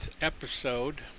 episode